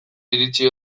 iritsi